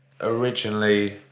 originally